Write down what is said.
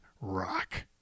rock